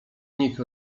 nich